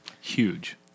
Huge